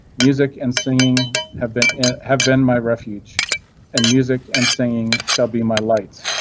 music and singing have been and have been my refuge and music and singing shall be my lights.